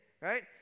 right